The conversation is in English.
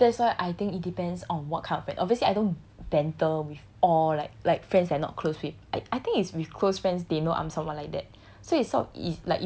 that's why I think it depends on what kind of it obviously I don't banter with all like like friends I'm not closed with I I think it's with close friends they know I'm someone like that